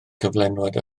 cyflenwad